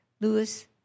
Lewis